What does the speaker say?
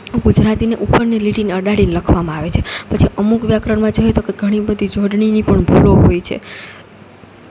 ગુજરાતીને ઉપરની લીટીને અડાડીને લખવામાં આવે છે પછી અમુક વ્યાકરણમાં જોઈએ તો કે ઘણી બધી જોડણીની પણ ભૂલો હોય છે